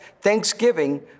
thanksgiving